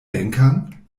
bänkern